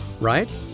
right